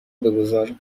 بگذار